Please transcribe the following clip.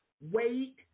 Wait